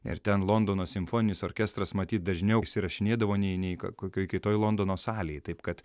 ir ten londono simfoninis orkestras matyt dažniau įsirašinėdavo nei nei kokioj kitoj londono salėj taip kad